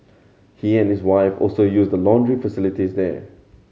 he and his wife also use the laundry facilities there